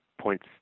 points